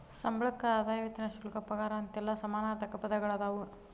ಸಂಬಳಕ್ಕ ಆದಾಯ ವೇತನ ಶುಲ್ಕ ಪಗಾರ ಅಂತೆಲ್ಲಾ ಸಮಾನಾರ್ಥಕ ಪದಗಳದಾವ